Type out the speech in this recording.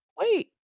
Wait